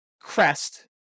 crest